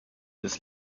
des